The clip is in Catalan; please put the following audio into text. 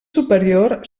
superior